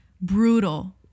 brutal